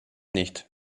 nicht